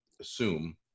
assume